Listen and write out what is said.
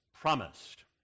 promised